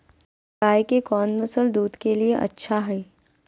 गाय के कौन नसल दूध के लिए अच्छा है?